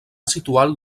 situat